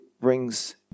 brings